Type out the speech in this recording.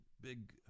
big